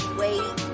wait